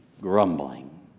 grumbling